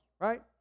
right